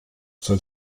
soll